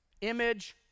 image